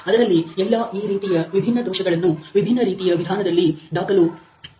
ಅದರಲ್ಲಿ ಎಲ್ಲಾ ಈ ರೀತಿಯ ವಿಭಿನ್ನ ದೋಷಗಳನ್ನು ವಿಭಿನ್ನ ರೀತಿಯ ವಿಧಾನದಲ್ಲಿ ದಾಖಲು ಮಾಡಲಾಗಿರುತ್ತದೆ